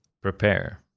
Prepare